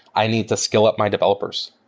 i need to skill up my developers.